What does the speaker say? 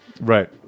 Right